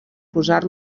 posar